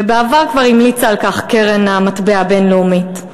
ובעבר כבר המליצה על כך קרן המטבע הבין-לאומית.